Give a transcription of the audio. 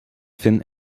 finn